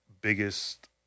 biggest